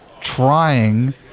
trying